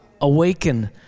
Awaken